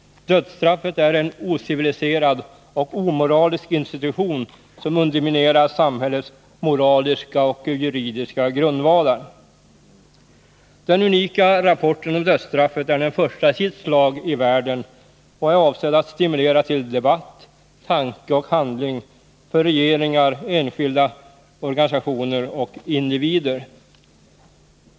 ”Dödsstraffet är en ociviliserad och omoralisk institution som underminerar samhällets moraliska och juridiska grundvalar.” Den unika rapporten om dödsstraffet är den första i sitt slag i världen och är avsedd att stimulera till debatt, tanke och handling för regeringar, organisationer och enskilda individer.